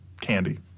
candy